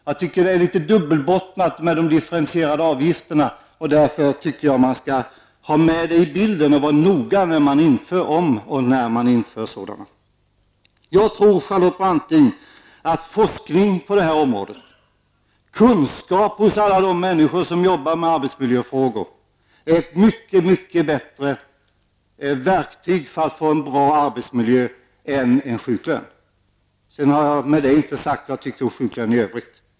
Jag tycker att det är litet dubbelbottnat med de differentierade avgifterna, och detta skall man ha med i bilden och vara noga med, om och när man inför sådana. Jag tror, Charlotte Branting, att forskning på detta område, kunskap hos alla de människor som arbetar med arbetsmiljöfrågor, är ett mycket bättre verktyg för att få en bra arbetsmiljö än en sjuklön. Jag har därmed inte sagt vad jag tycker om sjuklön i övrigt.